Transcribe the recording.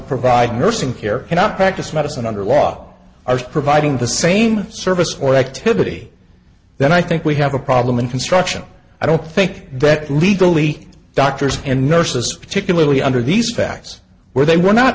provide nursing care cannot practice medicine under law are providing the same service or activity then i think we have a problem in construction i don't think that legally doctors and nurses particularly under these facts where they were not